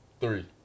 three